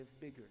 bigger